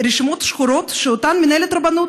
רשימות שחורות שאותן מנהלת הרבנות,